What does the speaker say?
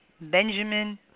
Benjamin